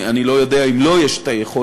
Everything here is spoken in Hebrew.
אני לא יודע אם לו יש היכולת,